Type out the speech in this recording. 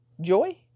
Joy